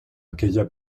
aquella